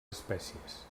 espècies